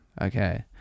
Okay